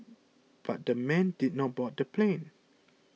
but the men did not board the plane